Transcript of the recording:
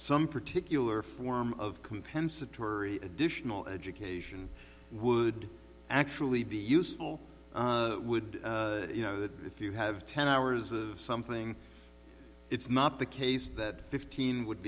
some particular form of compensatory additional education would actually be useful would you know that if you have ten hours of something it's not the case that fifteen would